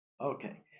Okay